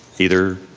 either.